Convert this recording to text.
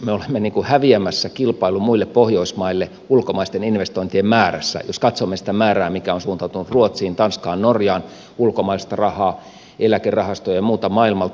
me olemme niin kuin häviämässä kilpailun muille pohjoismaille ulkomaisten investointien määrässä jos katsomme sitä määrää mikä on suuntautunut ruotsiin tanskaan norjaan ulkomaista rahaa eläkerahastoja ja muuta maailmalta